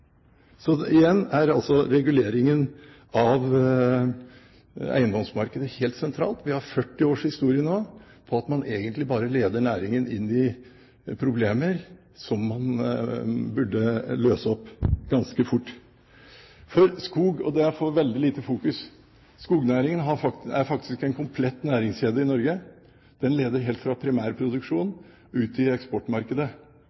Igjen er altså reguleringen av eiendomsmarkedet helt sentral. Vi har nå 40 års historie på at man egentlig bare leder næringen inn i problemer som man burde løse opp ganske fort. Skognæringen – og det får veldig lite fokus – er faktisk en komplett næringskjede i Norge. Den leder helt fra